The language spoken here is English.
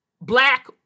black